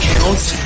Counts